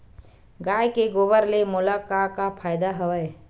गाय के गोबर ले मोला का का फ़ायदा हवय?